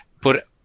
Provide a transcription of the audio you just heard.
put